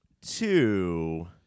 Two